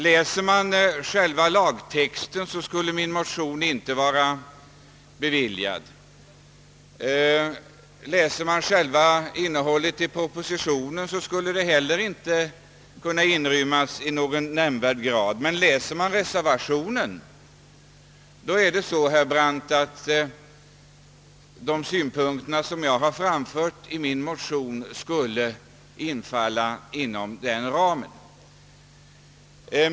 Läser man själva lagtexten skulle min motion inte vara tillstyrkt, läser man innehållet i propositionen skulle den inte heller ha någon nämnvärd chans, men läser man reservationen, herr Brandt, verkar det som om de synpunkter som jag har framfört i min motion skulle falla inom dess ram.